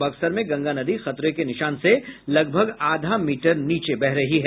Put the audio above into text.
बक्सर में गंगा नदी खतरे के निशान से लगभग आधा मीटर नीचे बह रही है